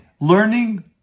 learning